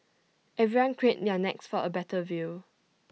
everyone craned their necks for A better view